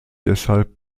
deshalb